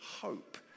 hope